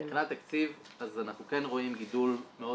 מבחינת תקציב אז אנחנו כן רואים גידול מאוד